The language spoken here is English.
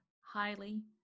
highly